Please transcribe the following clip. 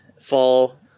fall